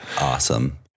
awesome